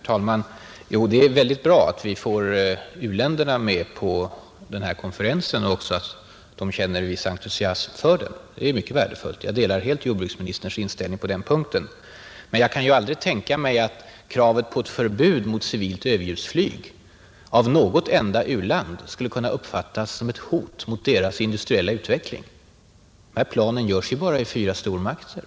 Herr talman! Det är mycket bra att vi får u-länderna med på denna konferens och att de känner en viss entusiasm för den. Det är mycket värdefullt. Jag delar helt jordbruksministerns inställning på denna punkt. Men jag kan aldrig tänka mig att kravet på ett förbud mot civilt överljudsflyg av något enda u-land skulle kunna uppfattas som ett hot mot dess industriella utveckling. De här planen görs ju bara i tre, fyra stormakter.